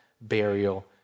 burial